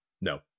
no